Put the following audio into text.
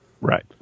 Right